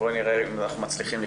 נראה אם אנחנו מצליחים לקלוט.